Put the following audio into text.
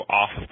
off